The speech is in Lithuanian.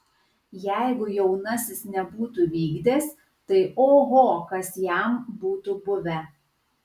jeigu jaunasis nebūtų vykdęs tai oho kas jam būtų buvę